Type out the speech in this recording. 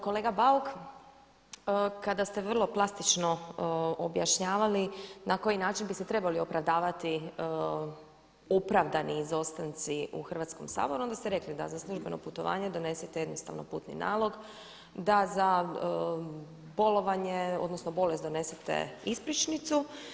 Kolega Bauk kada ste vrlo plastično objašnjavali na koji način bi se trebali opravdavati opravdani izostanci u Hrvatskom saboru onda ste rekli da za službeno putovanje donesite jednostavno putni nalog, da za bolovanje odnosno bolest donesite ispričnicu.